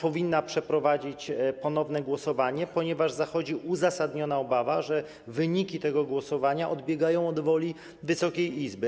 Powinna przeprowadzić ponowne głosowanie, ponieważ zachodzi uzasadniona obawa, że wyniki tego głosowania odbiegają od woli Wysokiej Izby.